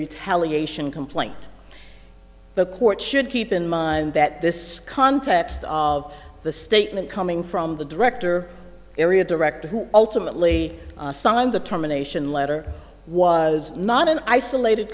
retaliation complaint the court should keep in mind that this context of the statement coming from the director area director who ultimately signed the terminations letter was not an isolated